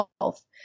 health